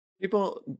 People